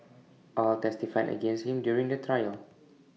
all testified against him during the trial